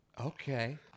Okay